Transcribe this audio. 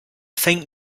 faint